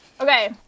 Okay